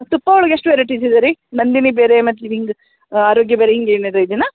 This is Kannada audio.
ತುಪ್ಪ ಒಳಗೆ ಎಷ್ಟು ವೆರೈಟೀಸ್ ಇದೆ ರೀ ನಂದಿನಿ ಬೇರೆ ಮತ್ತು ಹಿಂಗೆ ಆರೋಗ್ಯ ಬೇರೆ ಹಿಂಗೆ ಏನದು ಇದೆನಾ